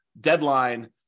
deadline